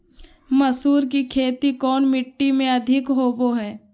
मसूर की खेती कौन मिट्टी में अधीक होबो हाय?